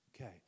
okay